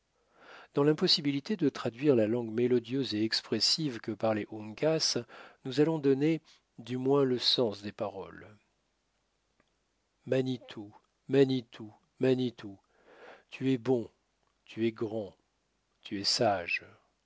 dans l'impossibilité de traduire la langue mélodieuse et expressive que parlait uncas nous allons donner du moins le sens des paroles manitou manitou manitou tu es bon tu es grand tu es sage